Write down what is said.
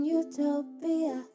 utopia